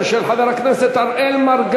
יש גורמים שכנראה רוצים להלך אימים על הדרוזים